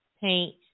paint